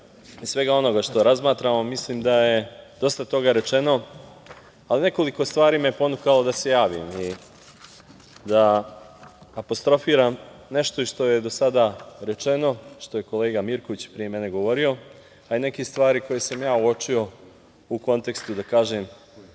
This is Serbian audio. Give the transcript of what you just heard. i svega onoga što razmatramo, mislim da je dosta toga rečeno, ali nekoliko stvari me je ponukalo da se javim i da apostrofiram nešto što je do sada rečeno, što je kolega Mirković pre mene govorio, a i neke stvari koje sam ja uočio u kontekstu, da kažem,